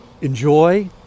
enjoy